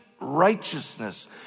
righteousness